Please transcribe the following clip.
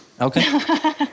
Okay